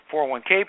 401k